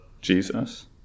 Jesus